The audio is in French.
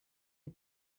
des